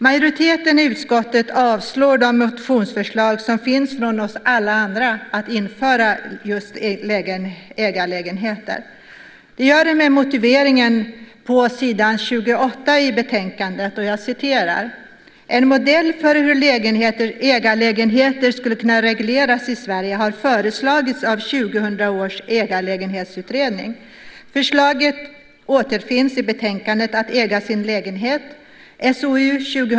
Majoriteten i utskottet avstyrker motionsförslag från oss alla andra om att införa just ägarlägenheter. Den gör det med motiveringen på s. 28 i betänkandet: "En modell för hur ägarlägenheter skulle kunna regleras i Sverige har föreslagits av 2000 års ägarlägenhetsutredning. Förslaget återfinns i betänkandet Att äga sin lägenhet .